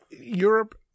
Europe